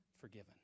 forgiven